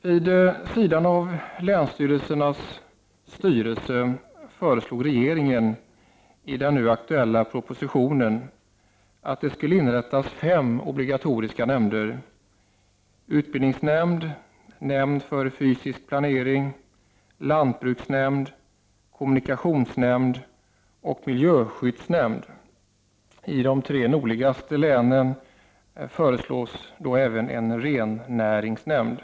Vid sidan av länsstyrelsens styrelse föreslog regeringen i den nu aktuella propositionen att det skulle inrättas fem obligatoriska nämnder: utbildningsnämnd, nämnd för fysisk planering, lantbruksnämnd, kommunikationsnämnd och miljöskyddsnämnd. I de tre nordligaste länen föreslås också en rennäringsnämnd.